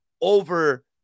over